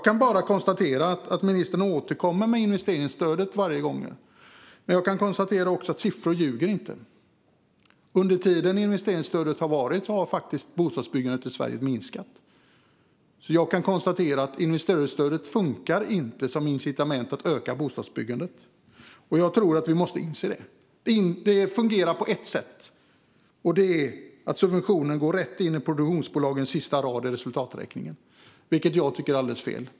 Ministern återkommer till detta med investeringsstödet varje gång. Men siffror ljuger inte. Under den tid som investeringsstödet har funnits har bostadsbyggandet i Sverige faktiskt minskat. Jag kan konstatera att investeringsstödet inte funkar som incitament att öka bostadsbyggandet. Vi måste inse det. Det fungerar på ett sätt, och det är att subventionen går rätt in på produktionsbolagens sista rad i resultaträkningen, vilket jag tycker är alldeles fel.